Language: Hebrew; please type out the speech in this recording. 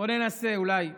בוא ננסה, אולי.